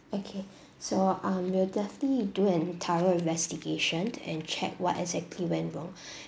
okay so um we'll definitely do an thorough investigation and check what exactly went wrong